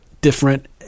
different